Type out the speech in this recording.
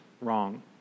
wrong